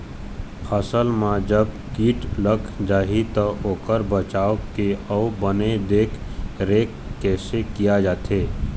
फसल मा जब कीट लग जाही ता ओकर बचाव के अउ बने देख देख रेख कैसे किया जाथे?